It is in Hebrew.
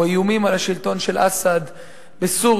או איומים על השלטון של אסד בסוריה,